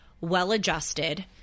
Well-adjusted